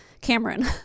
Cameron